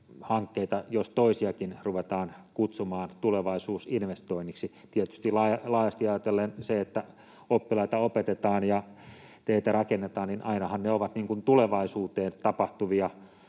jos toisiakin ruvetaan kutsumaan tulevaisuusinvestoinneiksi. Tietysti laajasti ajatellen ainahan se, että oppilaita opetetaan ja teitä rakennetaan, on tulevaisuuteen tapahtuva